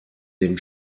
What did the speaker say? neben